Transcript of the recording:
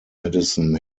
madison